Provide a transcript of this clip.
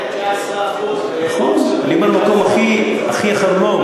בגרמניה 19% נכון, אני אומר, מקום הכי, אחרון.